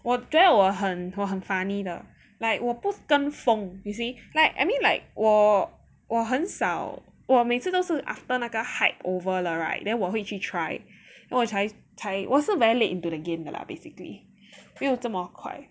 我觉得我很 funny 的 like 我不跟风 you see like I mean like 我我很少我每次都是 after 那个 hype over right then 我会去 try 我才才我是 late into the game lah basically 没有这么快